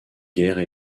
guerre